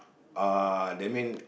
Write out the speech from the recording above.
uh that mean